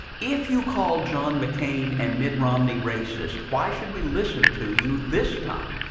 if you call john mccain and mitt romney racist, why should we listen to you this time?